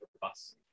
bus